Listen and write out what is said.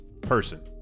person